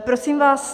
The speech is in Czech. Prosím vás...